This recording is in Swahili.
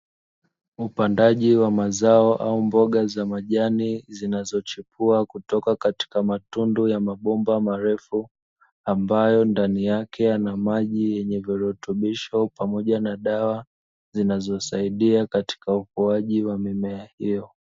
Upandaji wa mazao au mboga za majani, zinazochipua kutoka katika matundu ya mabomba marefu, ambayo ndani yake yana maji yenye virutubisho pamoja na dawa zinazosaidia katika ukuaji wa mimea hiyo.